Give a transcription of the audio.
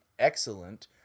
excellent